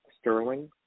Sterling